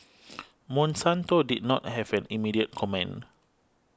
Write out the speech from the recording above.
Monsanto did not have an immediate comment